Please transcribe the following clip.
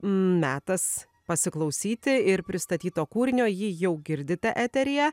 metas pasiklausyti ir pristatyto kūrinio jį jau girdite eteryje